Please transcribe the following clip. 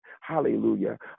Hallelujah